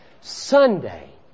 Sunday